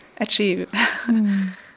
achieve